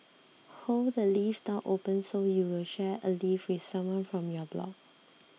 hold the lift door open so you'll share a lift with someone from your block